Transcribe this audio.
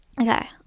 okay